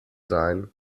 sein